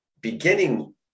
beginning